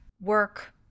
work